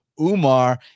umar